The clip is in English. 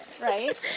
right